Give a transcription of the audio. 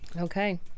Okay